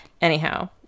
Anyhow